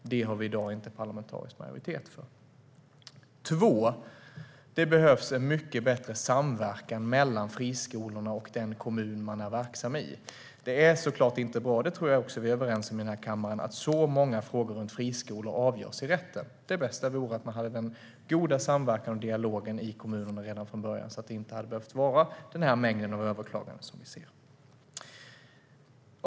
Det har vi i dag inte parlamentarisk majoritet för. Det behövs en mycket bättre samverkan mellan friskolorna och den kommun de är verksamma i. Det är såklart inte bra - det tror jag att vi är överens om i kammaren - att många frågor runt friskolor avgörs i rätten. Det bästa vore att man hade den goda samverkan och dialogen i kommunen redan från början. Då hade det inte behövt vara den mängd av överklaganden som vi ser.